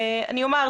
אני אומר,